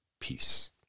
Peace